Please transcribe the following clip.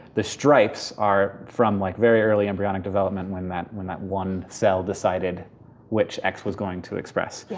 the stripes are from like very early embryonic development when that when that one cell decided which x was going to express.